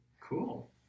cool